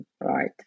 right